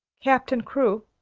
captain crewe.